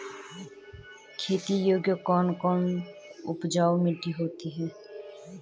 खेती योग्य कौन कौन सी उपजाऊ मिट्टी होती है?